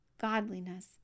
godliness